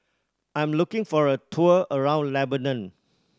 I am looking for a tour around Lebanon